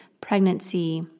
pregnancy